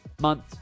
month